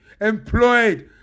employed